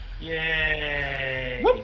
Yay